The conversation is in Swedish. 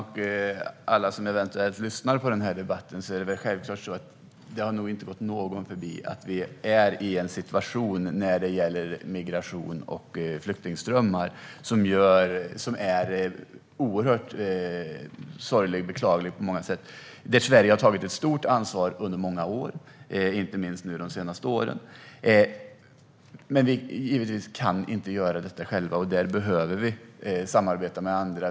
Herr talman! Det har nog inte gått någon förbi att vi har en situation när det gäller migration och flyktingströmmar som är oerhört sorglig och beklaglig på många sätt. Sverige har tagit ett stort ansvar under många år, inte minst de senaste åren, men vi kan inte göra detta själva. Därför behöver vi samarbeta med andra.